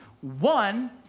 One